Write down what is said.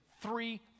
three